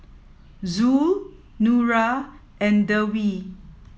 Zul Nura and Dewi